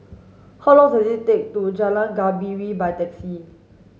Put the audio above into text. how long does it take to Jalan Gembira by taxi